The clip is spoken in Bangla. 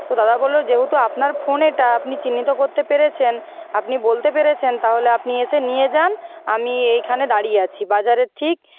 তো দাদা বললো যেহেতু আপনার ফোন এটা আপনি চিহ্নিত করতে পেরেছেন আপনি বলতে পেরেছেন তাহলে আপনি এসে নিয়ে যান আমি এইখানে দাঁড়িয়ে আছি বাজারের ঠিক